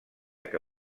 que